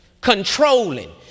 Controlling